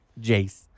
Jace